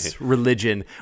religion